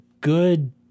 good